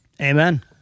amen